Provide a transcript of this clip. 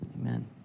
Amen